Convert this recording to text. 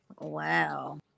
Wow